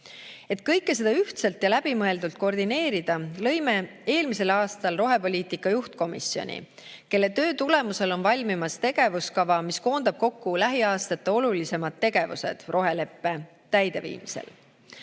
Et kõike seda ühtselt ja läbimõeldult koordineerida, lõime eelmisel aastal rohepoliitika juhtkomisjoni, kelle töö tulemusel on valmimas tegevuskava, mis koondab kokku lähiaastate olulisimad tegevused roheleppe täideviimisel.